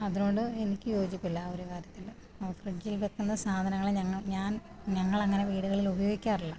അതിനോട് എനിക്ക് യോജിപ്പില്ല ആ ഒരു കാര്യത്തിൽ ഫ്രിഡ്ജിൽ വയ്ക്കുന്ന സാധങ്ങൾ ഞങ്ങൾ ഞാൻ ഞങ്ങൾ അങ്ങനെ വീടുകളിൽ ഉപയോഗിക്കാറില്ല